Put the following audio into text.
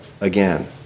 again